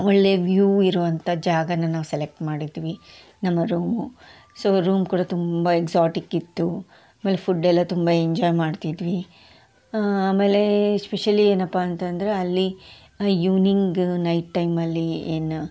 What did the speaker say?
ಒಳ್ಳೆಯ ವ್ಯೂ ಇರುವಂಥಾ ಜಾಗನ ನಾವು ಸೆಲೆಕ್ಟ್ ಮಾಡಿದ್ವಿ ನಮ್ಮ ರೂಮು ಸೊ ರೂಮ್ ಕೂಡ ತುಂಬಾ ಎಕ್ಸೋಟಿಕ್ ಇತ್ತು ಆಮೇಲೆ ಫುಡೆಲ್ಲಾ ತುಂಬಾ ಎಂಜಾಯ್ ಮಾಡ್ತಿದ್ವಿ ಆಮೇಲೆ ಸ್ಪೆಷಲಿ ಏನಪ್ಪ ಅಂತಂದರೆ ಅಲ್ಲಿ ಇವ್ನಿಂಗ್ ನೈಟ್ ಟೈಮಲ್ಲಿ ಏನು